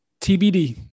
TBD